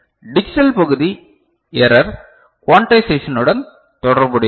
digital பகுதி error குவேண்டைசெஷனுடன் தொடர்புடையது